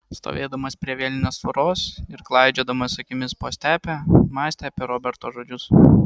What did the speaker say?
stovėdamas prie vielinės tvoros ir klaidžiodamas akimis po stepę mąstė apie roberto žodžius